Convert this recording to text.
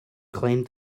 climbed